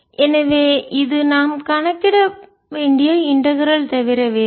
எனவே இது நாம் கணக்கிட வேண்டிய இன்டகரல் தவிர வேறில்லை